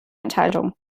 enthaltungen